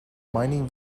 mining